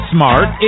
Smart